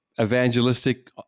evangelistic